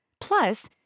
Plus